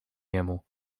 niemu